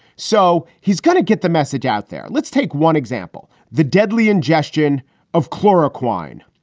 so he's going to get the message out there. let's take one example. the deadly ingestion of chloroquine.